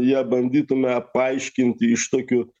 ją bandytume paaiškinti iš tokių